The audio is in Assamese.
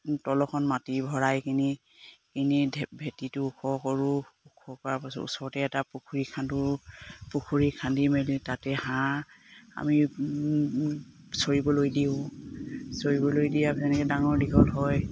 তলৰখন মাটি ভৰাই কিনি কিনি ভেটিটো ওখ কৰোঁ ওখ কৰাৰ পাছত ওচৰতে এটা পুখুৰী খান্দোঁ পুখুৰী খান্দি মেলি তাতে হাঁহ আমি চৰিবলৈ দিওঁ চৰিবলৈ দিয়ে এনেকে ডাঙৰ দীঘল হয়